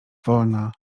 wolna